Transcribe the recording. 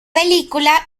película